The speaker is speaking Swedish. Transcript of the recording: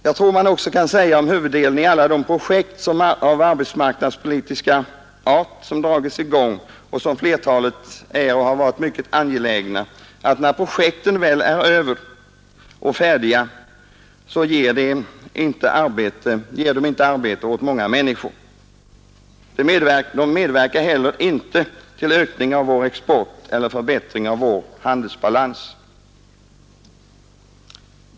Jag tror också man kan säga att huvuddelen av alla de projekt som av arbetsmarknadspolitiska skäl har dragits i gång och av vilka flertalet är mycket angelägna, är sådana att när projektet är klart ger det fortsättningsvis inte arbete åt många människor. Det medverkar inte heller till någon ökning av vår export eller till någon förbättring av vår handelsbalans.